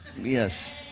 yes